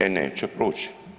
E neće proći.